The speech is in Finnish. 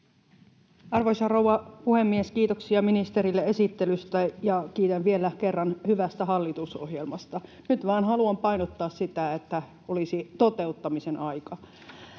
Arvoisa rouva puhemies! Kiitoksia ministerille esittelystä, ja kiitän vielä kerran hyvästä hallitusohjelmasta. Nyt vain haluan painottaa sitä, että olisi toteuttamisen aika.